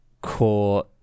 core